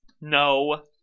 No